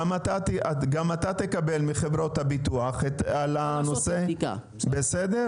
גם אתה תקבל מחברות הביטוח על הנושא בסדר?